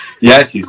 yes